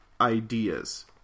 ideas